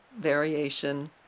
variation